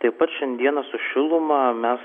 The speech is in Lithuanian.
taip pat šiandieną su šiluma mes